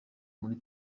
muri